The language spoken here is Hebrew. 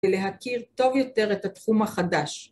‫ולהכיר טוב יותר את התחום החדש.